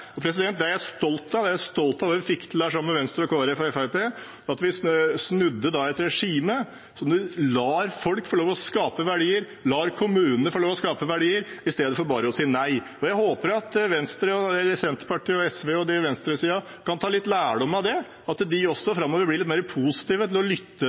der – Venstre, Kristelig Folkeparti og Fremskrittspartiet – at vi snudde et regime sånn at man lar folk få lov til å skape verdier, lar kommunene få skape verdier i stedet for bare å si nei. Jeg håper Senterpartiet, SV og venstresiden kan ta litt lærdom av det, at de framover også blir litt mer positive til å lytte